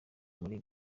muri